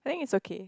I think it's okay